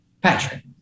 Patrick